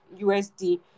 USD